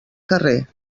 carrer